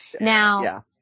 Now